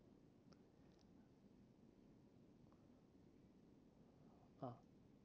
ah